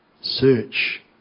Search